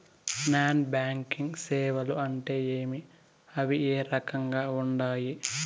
non banking సేవలు అంటే ఏమి అవి ఏ రకంగా ఉండాయి